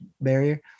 barrier